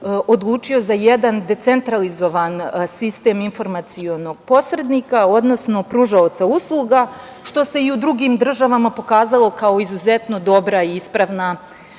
odlučio za jedan decentralizovan sistem informacionog posrednika, odnosno pružaoca usluga, što se i drugim državama pokazalo kao izuzetno dobra i ispravna